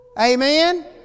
Amen